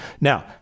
Now